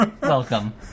Welcome